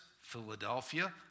Philadelphia